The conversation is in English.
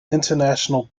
international